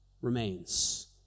remains